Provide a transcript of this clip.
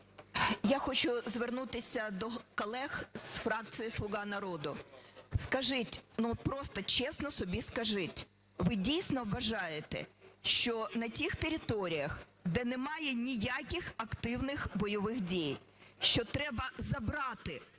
Я хочу звернутися до колег з фракції "Слуга народу". Скажіть, ну, от просто чесно собі скажіть, ви дійсно вважаєте, що на тих територіях, де немає ніяких активних бойових дій, що треба забрати